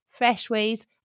Freshways